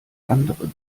andere